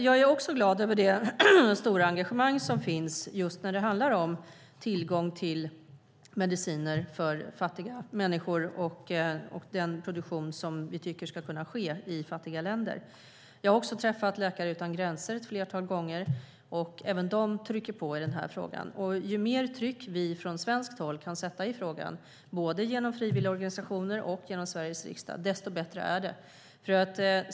Jag är också glad över det stora engagemang som finns vad gäller tillgång till mediciner för fattiga människor och den produktion som vi tycker ska kunna ske i fattiga länder. Jag har träffat Läkare utan gränser flera gånger, och även de trycker på i frågan. Ju mer tryck vi från svenskt håll kan sätta på frågan från frivilligorganisationer och Sveriges riksdag, desto bättre är det.